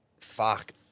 fuck